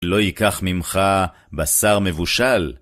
לא ייקח ממך בשר מבושל?